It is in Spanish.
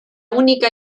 única